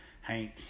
Hank